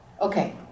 Okay